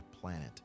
planet